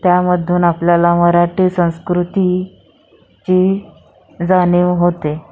त्यामधून आपल्याला मराठी संस्कृतीची जाणीव होते